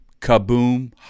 kaboom